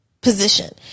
position